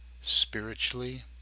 spiritually